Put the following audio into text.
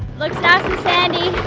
looks nice and sandy.